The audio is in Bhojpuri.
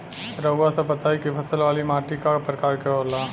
रउआ सब बताई कि फसल वाली माटी क प्रकार के होला?